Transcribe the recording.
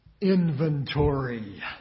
Inventory